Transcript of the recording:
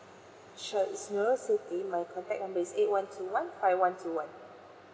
sure is nurul siti my contact number is eight one two one five one two one